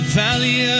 valley